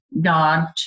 God